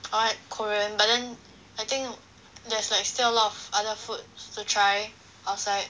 or like korean but then I think there's like still a lot of other food to try outside